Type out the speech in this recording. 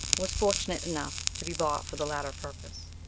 was fortunate enough to be bought for the latter purpose.